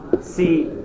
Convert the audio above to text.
see